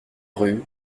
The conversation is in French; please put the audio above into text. rue